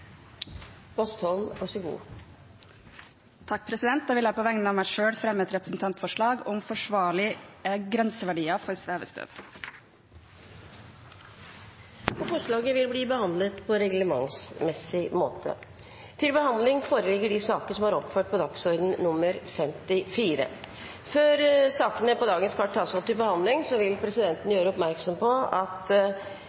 Bastholm vil framsette et representantforslag. På vegne av meg selv vil jeg framsette et representantforslag om forsvarlige grenseverdier for svevestøv. Forslaget vil bli behandlet på reglementsmessig måte. Før sakene på dagens kart tas opp til behandling, vil presidenten gjøre oppmerksom på at